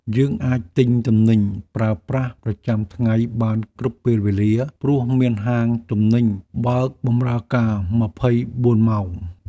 យើងអាចទិញទំនិញប្រើប្រាស់ប្រចាំថ្ងៃបានគ្រប់ពេលវេលា ព្រោះមានហាងទំនិញបើកបម្រើការម្ភៃបួនម៉ោង។